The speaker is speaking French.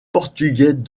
portugais